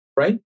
Right